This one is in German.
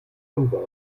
unwahr